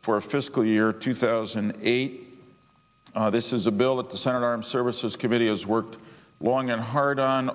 for fiscal year two thousand and eight this is a bill that the senate armed services committee has worked long and hard on